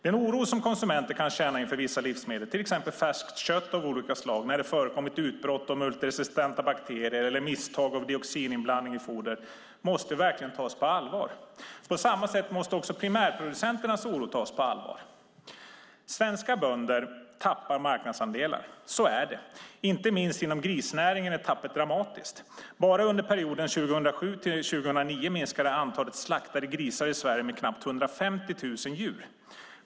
Den oro som konsumenter kan känna inför vissa livsmedel, till exempel färskt kött av olika slag när det har förekommit utbrott av multiresistenta bakterier eller misstag som dioxininblandning i foder, måste verkligen tas på allvar. På samma sätt måste också primärproducenternas oro tas på allvar. Svenska bönder tappar marknadsandelar. Så är det. Inte minst inom grisnäringen är tappet dramatiskt. Bara under perioden 2007-2009 minskade antalet slaktade grisar i Sverige med nästan 150 000 djur.